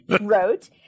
Wrote